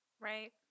Right